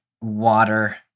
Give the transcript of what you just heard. water